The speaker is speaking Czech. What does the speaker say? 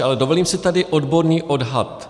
Ale dovolím si tady odborný odhad.